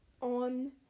on